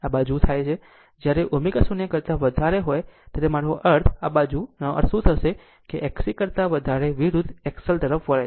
અને આ બાજુ થાય છે જ્યારે ω0 કરતા વધારે હોય ત્યારે મારો અર્થ તે સમયે આ બાજુનો અર્થ શું થશે કે X XC કરતા વધારે વિરુદ્ધ XL તરફ વળે છે